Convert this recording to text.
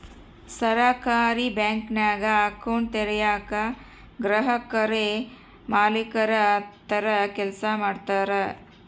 ಸಹಕಾರಿ ಬ್ಯಾಂಕಿಂಗ್ನಾಗ ಅಕೌಂಟ್ ತೆರಯೇಕ ಗ್ರಾಹಕುರೇ ಮಾಲೀಕುರ ತರ ಕೆಲ್ಸ ಮಾಡ್ತಾರ